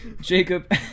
Jacob